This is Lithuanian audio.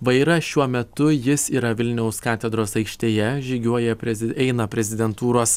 vairą šiuo metu jis yra vilniaus katedros aikštėje žygiuoja prie eina prezidentūros